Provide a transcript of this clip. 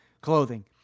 clothing